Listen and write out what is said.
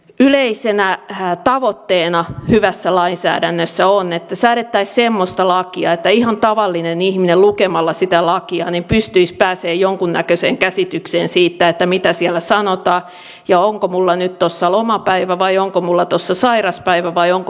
yleisenä tavoitteena hyvässä lainsäädännössä on että säädettäisiin semmoista lakia että ihan tavallinen ihminen lukemalla sitä lakia pystyisi pääsemään jonkunnäköiseen käsitykseen siitä mitä siellä sanotaan ja onko minulla nyt tuossa lomapäivä vai onko minulla tuossa sairauspäivä vai onko minulla työpäivä